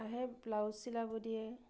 আহে ব্লাউজ চিলাব দিয়ে